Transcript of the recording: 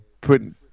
putting